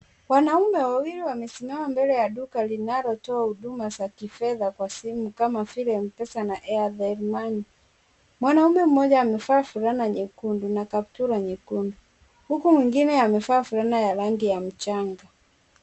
Wanaume wawili wamesimama mbele ya duka linalotoa huduma za simu kama vile m pesa na airtel money. Mwanaume mmoja amevaa fulana nyekundu na kaptura nyekundu huku mwingine amevaa fulana ya rangi ya mchanga.